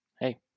Hey